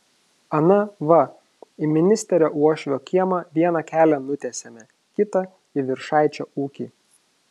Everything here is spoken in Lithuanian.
ana va į ministerio uošvio kiemą vieną kelią nutiesėme kitą į viršaičio ūkį